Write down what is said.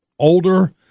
Older